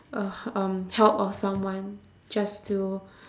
a um help of someone just to